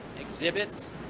exhibits